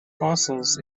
fossils